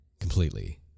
completely